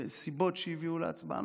וסיבות שהביאו להצבעה,